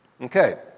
Okay